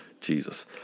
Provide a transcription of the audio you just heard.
Jesus